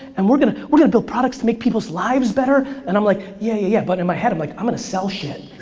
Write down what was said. and we're gonna, we're gonna build products to make people's lives better, and i'm like yeah yeah yeah, but in my head i'm like, i'm gonna sell shit.